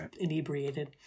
inebriated